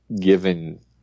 given